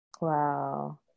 Wow